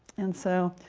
and so